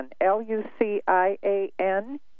L-U-C-I-A-N